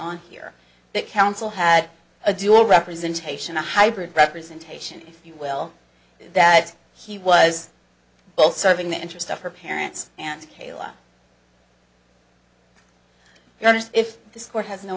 on here that council had a dual representation a hybrid representation if you will that he was both serving the interests of her parents and kayla i mean if this court has no